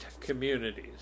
communities